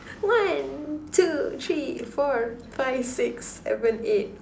one two three four five six seven eight